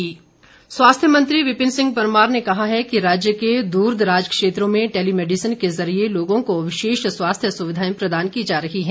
telemedicine स्वास्थ्य मंत्री विपिन सिंह परमार ने कहा है कि राज्य के दूरदराज क्षेत्रों में टेलीमेडिसन के जरिए लोगों को विशेष स्वास्थ्य सुविधाएं प्रदान की जा रही हैं